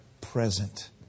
present